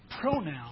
pronoun